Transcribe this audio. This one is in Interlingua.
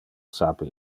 sape